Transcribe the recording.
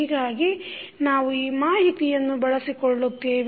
ಹೀಗಾಗಿ ನಾವು ಮಾಹಿತಿಯನ್ನು ಬಳಸಿಕೊಳ್ಳುತ್ತೇವೆ